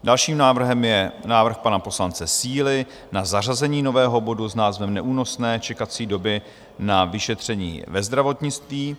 Dalším návrhem je návrh pana poslance Síly na zařazení nového bodu s názvem Neúnosné čekací doby na vyšetření ve zdravotnictví.